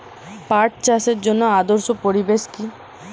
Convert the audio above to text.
পাট চাষের জন্য আদর্শ পরিবেশ কি?